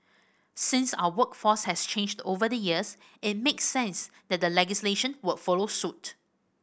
since our workforce has changed over the years it makes sense that legislation would follow suit